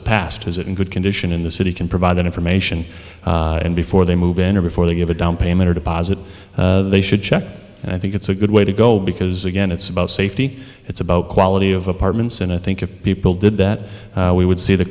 it passed has it in good condition in the city can provide that information and before they move in or before they give a downpayment or deposit they should check it and i think it's a good way to go because again it's about safety it's about quality of apartments and i think if people did that we would see the